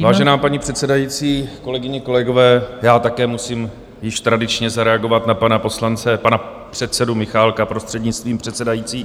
Vážená paní předsedající, kolegyně, kolegové, já také musím již tradičně zareagovat na pana předsedu Michálka, prostřednictvím předsedající.